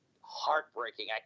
heartbreaking